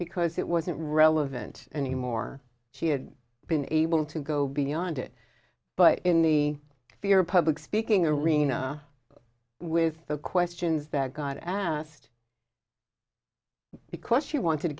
because it wasn't relevant anymore she had been able to go beyond it but in the fear of public speaking arena with the questions that got asked because she wanted to